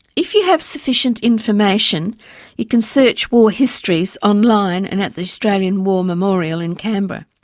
if you have sufficient information you can search war histories online and at the australian war memorial in canberra.